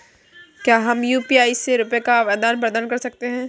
क्या हम यू.पी.आई से रुपये का आदान प्रदान कर सकते हैं?